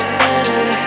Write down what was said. better